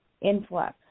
influx